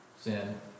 sin